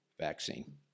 vaccine